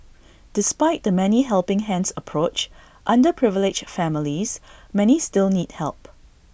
despite the many helping hands approach underprivileged families many still need help